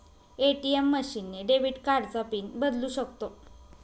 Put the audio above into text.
ATM machine ने debit कार्डचा pin बदलू शकतो